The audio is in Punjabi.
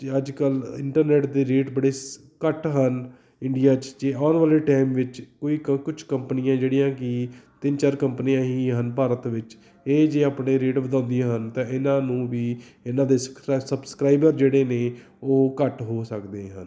ਅੱਜ ਕੱਲ੍ਹ ਇੰਟਰਨੈਟ ਦੇ ਰੇਟ ਬੜੇ ਸ ਘੱਟ ਹਨ ਇੰਡੀਆ 'ਚ ਜੇ ਆਉਣ ਵਾਲੇ ਟਾਈਮ ਵਿੱਚ ਕੋਈ ਕ ਕੁਛ ਕੰਪਨੀਆਂ ਜਿਹੜੀਆਂ ਕਿ ਤਿੰਨ ਚਾਰ ਕੰਪਨੀਆਂ ਹੀ ਹਨ ਭਾਰਤ ਵਿੱਚ ਇਹ ਜੇ ਆਪਣੇ ਰੇਟ ਵਧਾਉਂਦੀਆਂ ਹਨ ਤਾਂ ਇਹਨਾਂ ਨੂੰ ਵੀ ਇਹਨਾਂ ਦੇ ਸਕਰੈ ਸਬਸਕ੍ਰਾਈਬਰ ਜਿਹੜੇ ਨੇ ਉਹ ਘੱਟ ਹੋ ਸਕਦੇ ਹਨ